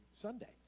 Sunday